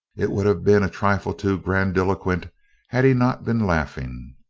it would have been a trifle too grandiloquent had he not been laughing.